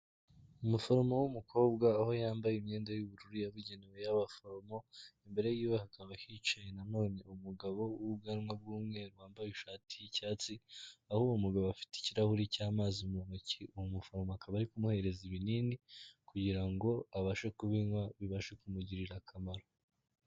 Umuforomo w'umukobwa aho yambaye imyenda y'ubururu yabugenewe y'abaforomo, imbere y'iwe hakaba hicaye nanone umugabo w'ubwanwa bw'umweru wambaye ishati y'icyatsi, aho uwo mugabo afite ikirahuri cy'amazi mu ntoki uwo muforomo akaba ari kumuhereza ibinini kugira ngo abashe kubinywa bibashe kumugirira akamaro.